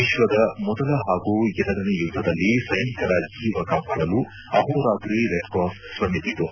ವಿಶ್ವದ ಮೊದಲ ಹಾಗೂ ಎರಡನೆ ಯುದ್ದದಲ್ಲಿ ಸೈನಿಕರ ಜೀವ ಕಾಪಾಡಲು ಅಹೋರಾತ್ರಿ ರೆಡ್ ಕ್ರಾಸ್ ಶ್ರಮಿಸಿತು